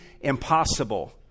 impossible